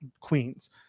Queens